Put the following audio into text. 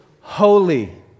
holy